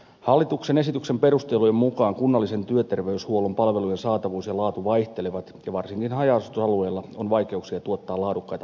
hallituksen esityksen perustelujen mukaan kunnallisen työterveyshuollon palvelujen saatavuus ja laatu vaihtelevat ja varsinkin haja asutusalueilla on vaikeuksia tuottaa laadukkaita palveluja